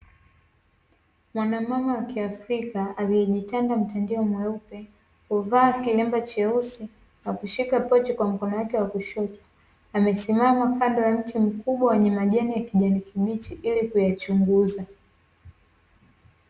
Mwanamama wa kiafrika aliyejitanda mtandio mweupe kuvaa kilemba cheusi na kushika pochi kwa mkono wake wa kushoto, amesimama kando ya mti mkubwa wenye majani ya kijani kibichi ili kuyachunguza.